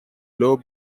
low